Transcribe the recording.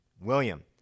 William